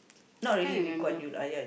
I can't remember